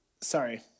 Sorry